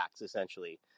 essentially